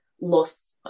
lost